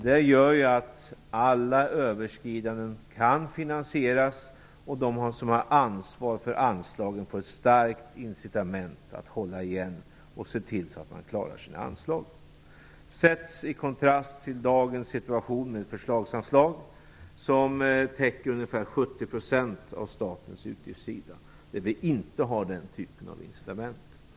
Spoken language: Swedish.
Det gör att alla överskridanden kan finansieras, och de som har ansvar för anslagen får ett starkt incitament att hålla igen och att se till att man klarar sina anslag; detta i kontrast till dagens situation med försöksanslag som täcker ungefär 70 % av statens utgiftssida där vi inte har den typen av incitament.